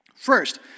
First